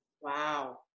Wow